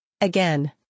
Again